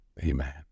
Amen